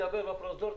החדשה.